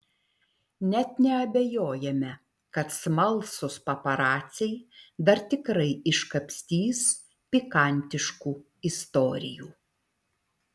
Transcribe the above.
net neabejojame kad smalsūs paparaciai dar tikrai iškapstys pikantiškų istorijų